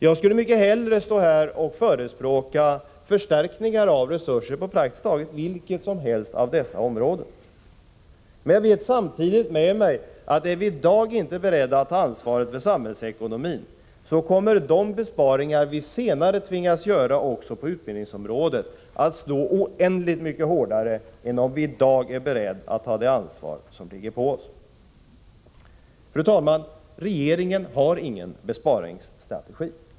Jag skulle mycket hellre stå här och förespråka förstärkningar av resurser på praktiskt taget vilket som helst av dessa områden. Men jag vet samtidigt att om vi i dag inte är beredda att ta ansvar för samhällsekonomin, så kommer de besparingar vi senare tvingas göra också på utbildningsområdet att slå oändligt mycket hårdare än om vi i dag är beredda att ta det ansvar som åligger oss. Fru talman! Regeringen har ingen besparingsstrategi.